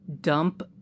dump